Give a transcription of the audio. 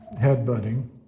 headbutting